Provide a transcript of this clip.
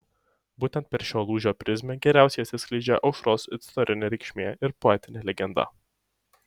būtent per šio lūžio prizmę geriausiai atsiskleidžia aušros istorinė reikšmė ir poetinė legenda